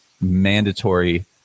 mandatory